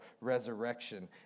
resurrection